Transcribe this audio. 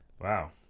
Wow